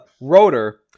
Rotor